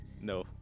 no